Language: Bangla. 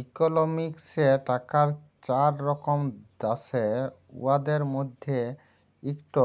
ইকলমিক্সে টাকার চার রকম দ্যাশে, উয়াদের মইধ্যে ইকট